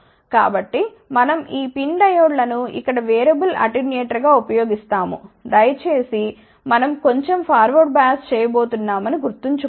కాబట్టి మనం ఈ PIN డయోడ్లను ఇక్కడ వేరియబుల్ అటెన్యూయేటర్గా ఉపయోగిస్తాము దయచేసి మనం కొంచెం ఫార్వర్డ్ బయాస్ చేయబోతున్నామని గుర్తుంచుకోండి